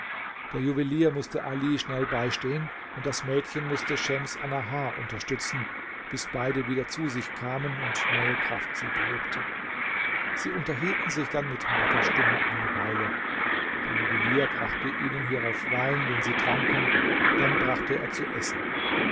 der juwelier mußte ali schnell beistehen und das mädchen mußte schems annahar unterstützen bis beide wieder zu sich kamen und neue kraft sie belebte sie unterhielten sich dann mit matter stimme eine weile der juwelier brachte ihnen hierauf wein den sie tranken dann brachte er zu essen